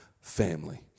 Family